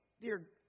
Dear